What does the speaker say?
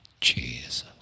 Jesus